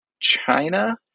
China